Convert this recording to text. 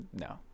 no